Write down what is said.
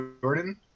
Jordan